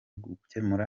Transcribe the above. gukemura